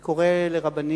אני קורא לרבנים,